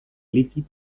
líquid